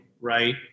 right